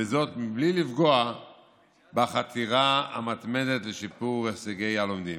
בלי לפגוע בחתירה המתמדת לשיפור הישגי הלומדים.